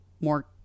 more